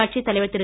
கட்சி தலைவர் திரு